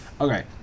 Okay